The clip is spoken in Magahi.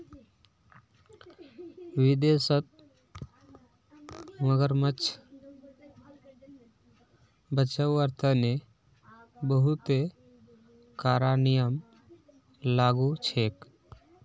विदेशत मगरमच्छ बचव्वार तने बहुते कारा नियम लागू छेक